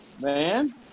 man